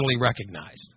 recognized